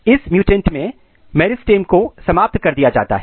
इस म्युटेंट में मेरिस्टम को समाप्त कर दिया जाता है